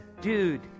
dude